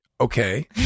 okay